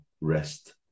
rest